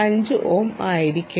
5 ohm ആയിരിക്കും